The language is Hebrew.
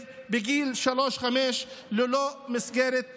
בגילי שלוש עד חמש הם ללא מסגרת לימוד.